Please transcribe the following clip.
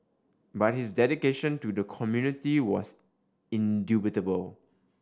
but his dedication to the community was indubitable